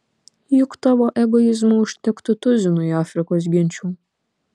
juk tavo egoizmo užtektų tuzinui afrikos genčių